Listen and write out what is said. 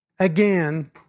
Again